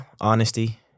Honesty